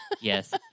Yes